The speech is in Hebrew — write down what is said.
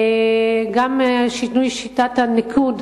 גם שינוי שיטת הניקוד,